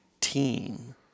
team